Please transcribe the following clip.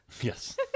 Yes